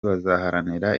bazaharanira